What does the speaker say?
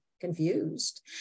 confused